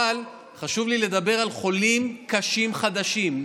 אבל חשוב לי לדבר על חולים קשים חדשים.